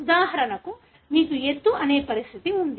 ఉదాహరణకు మీకు ఎత్తు అనే పరిస్థితి ఉంది